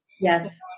Yes